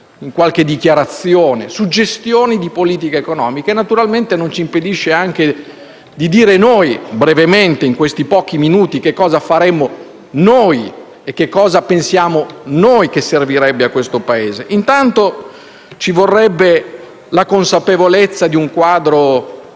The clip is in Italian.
in qualche dichiarazione. Ripeto, suggestioni di politica economica, che naturalmente non ci impediscono di dire brevemente che cosa faremo noi e che cosa pensiamo noi che servirebbe a questo Paese. Intanto ci vorrebbe la consapevolezza di un quadro